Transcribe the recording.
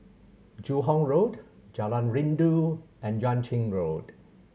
Joo Hong Road Jalan Rindu and Yuan Ching Road